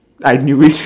I knew it